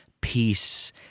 peace